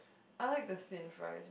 I like the thin fries